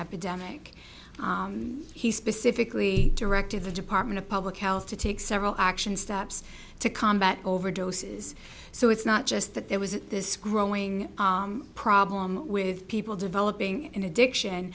epidemic he specifically directed the department of public health to take several action steps to combat overdoses so it's not just that there was this growing problem with people developing an addiction